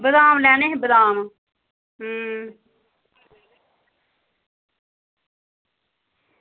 बादाम लैने हे बादाम